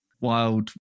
wild